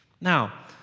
Now